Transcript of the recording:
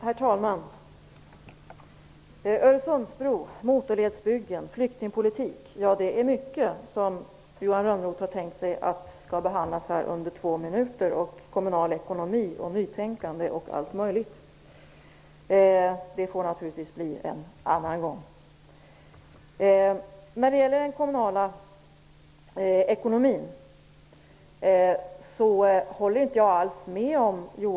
Herr talman! Johan Lönnroth nämner Öresundsbron, motorvägsbyggen, flyktingpolitiken, den kommunala ekonomin, nytänkadet osv. Det är mycket som Johan Lönnroth har tänkt sig skall behandlas under två minuter. Det får naturligtvis ske en annan gång. Jag håller inte alls med Johan Lönnroth i hans beskrivning av den kommunala ekonomin.